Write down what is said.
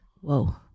Whoa